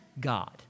God